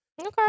Okay